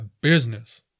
business